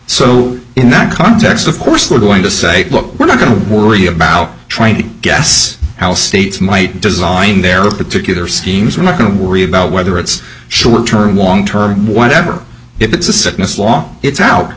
so in that context of course they're going to say look we're not going to worry about trying to guess how states might design their particular schemes we're not going to worry about whether it's short term long term whatever if it's a sickness law it's out